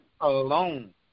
alone